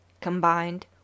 combined